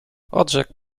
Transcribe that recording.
odrzekł